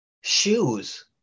Shoes